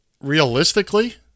Realistically